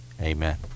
amen